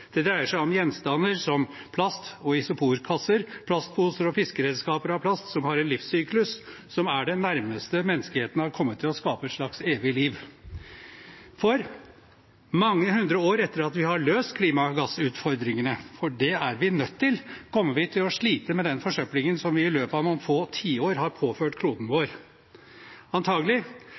Det dreier seg om gjenstander som plast- og isoporkasser, plastposer og fiskeredskaper av plast, som har en livssyklus som er det nærmeste menneskeheten har kommet til å skape et slags evig liv. For: Mange hundre år etter at vi har løst klimagassutfordringene – for det er vi nødt til – kommer vi til å slite med den forsøplingen som vi i løpet av noen få tiår har påført kloden vår.